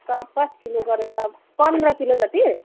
चार पाँच किलो गरेर पन्ध्र किलो जति